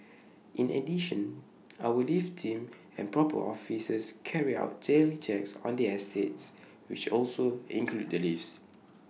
in addition our lift team and proper officers carry out daily checks on the estates which also include the lifts